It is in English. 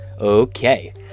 Okay